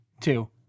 two